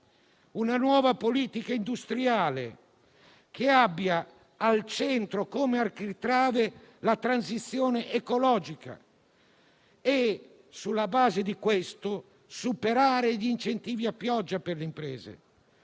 una nuova politica industriale che abbia al centro, come architrave, la transizione ecologica e, sulla base di questo, superare gli incentivi a pioggia per le imprese.